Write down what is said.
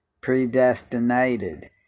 Predestinated